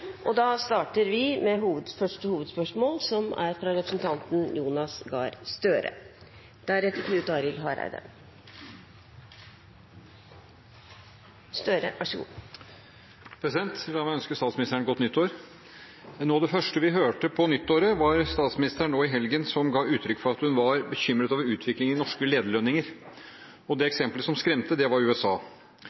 Da starter vi med første hovedspørsmål, som er fra representanten Jonas Gahr Støre. La meg ønske statsministeren godt nyttår. Noe av det første vi hørte på nyåret, var statsministeren som nå i helgen ga uttrykk for at hun var bekymret over utviklingen i norske lederlønninger. Det eksempelet som skremte, var USA.